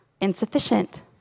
insufficient